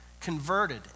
converted